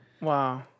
Wow